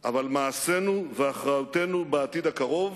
אבל מעשינו ואחריותנו בעתיד הקרוב